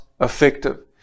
effective